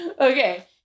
Okay